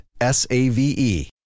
S-A-V-E